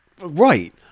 Right